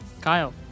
kyle